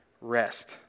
rest